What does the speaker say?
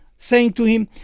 saying to him,